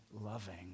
loving